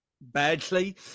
badly